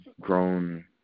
grown